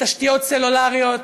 לתשתיות סלולריות,